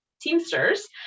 Teamsters